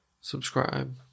Subscribe